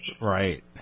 Right